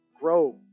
grow